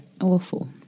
Awful